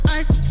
ice